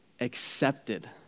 accepted